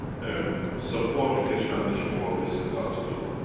um support the keshe foundation, what we set out to do.